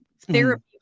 therapy